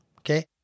Okay